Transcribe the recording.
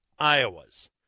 Iowas